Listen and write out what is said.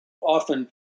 often